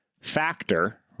Factor